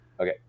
Okay